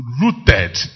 rooted